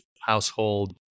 household